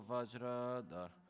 Vajradar